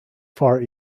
far